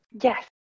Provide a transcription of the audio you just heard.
Yes